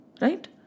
Right